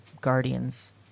guardians